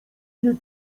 nie